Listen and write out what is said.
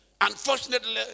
Unfortunately